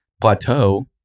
Plateau